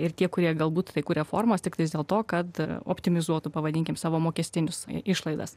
ir tie kurie galbūt kuria formas tiktais dėl to kad optimizuotų pavadinkim savo mokestinius išlaidas